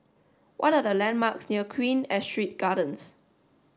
what are the landmarks near Queen Astrid Gardens